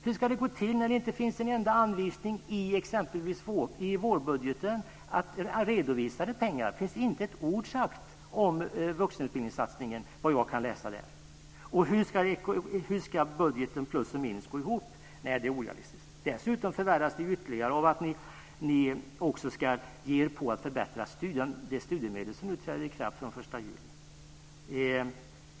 Hur ska det gå till, när det inte finns en enda anvisning av pengar i exempelvis vårbudgeten? Där finns inte ett ord sagt om vuxenutbildningssatsningen, som jag kan se. Hur ska budgeten med plus och minus gå ihop? Det är orealistiskt. Dessutom förvärras det ytterligare av att ni också ska ge er på att förbättra de studiemedel som nu träder i kraft den 1 juli.